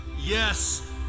yes